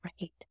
Right